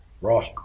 Right